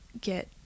get